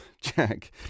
Jack